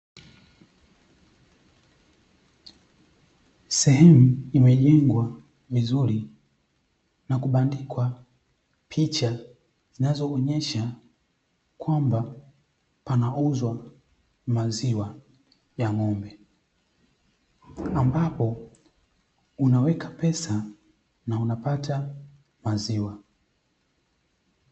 Sehemu imejengwa vizuri na kubandikwa picha zinazoonyesha kwamba panauzwa maziwa ya ng'ombe, ambapo unaweka pesa na unapata maziwa.